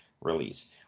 release